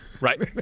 Right